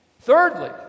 Thirdly